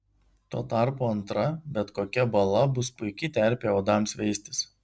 tuo tarpu antra bet kokia bala bus puiki terpė uodams veistis